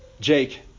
Jake